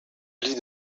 lit